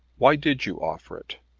why did you offer it?